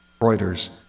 Reuters